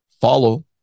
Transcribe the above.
follow